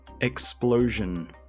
Explosion